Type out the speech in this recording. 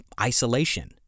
isolation